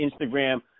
Instagram